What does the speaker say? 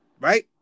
Right